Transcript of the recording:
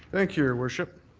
thank you, your worship.